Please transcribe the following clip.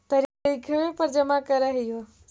तरिखवे पर जमा करहिओ?